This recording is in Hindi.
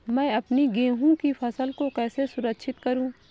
मैं अपनी गेहूँ की फसल को कैसे सुरक्षित करूँ?